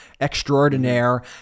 extraordinaire